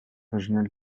originale